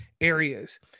areas